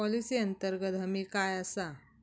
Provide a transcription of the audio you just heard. Policy अंतर्गत हमी काय आसा?